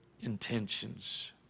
intentions